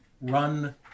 run